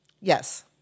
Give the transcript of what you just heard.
Yes